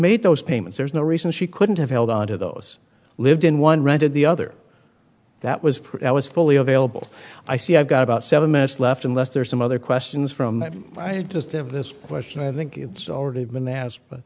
made those payments there's no reason she couldn't have held on to those lived in one rented the other that was was fully available i see i've got about seven minutes left unless there's some other questions from that i just have this question i think it's already been asked but